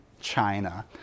china